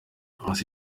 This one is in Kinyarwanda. gusa